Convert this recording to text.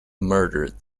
murdered